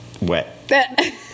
wet